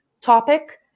topic